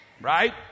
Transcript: Right